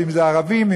אם ערבים,